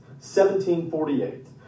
1748